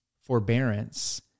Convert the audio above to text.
forbearance